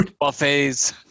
buffets